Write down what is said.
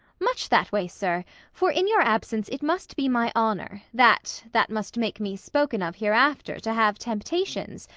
much that way, sir for in your absence it must be my honor, that, that must make me spoken of hereafter, to have temptations,